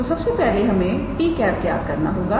तोसबसे पहले हमें 𝑡̂ ज्ञात करना होगा